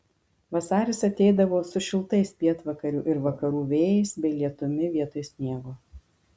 vasaris ateidavo su šiltais pietvakarių ir vakarų vėjais bei lietumi vietoj sniego